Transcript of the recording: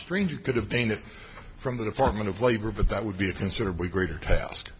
stranger could have been from the department of labor but that would be a considerably greater task